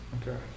Okay